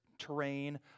terrain